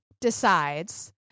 decides